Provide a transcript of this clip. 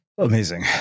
Amazing